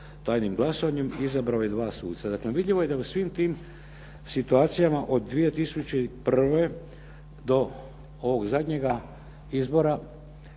tajnim glasovanjem, izabrao je da suca. Dakle, vidljivo je da u svim tim situacijama od 2001. do ovog zadnjega izbora,